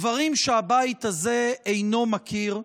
דברים שהבית הזה אינו מכיר,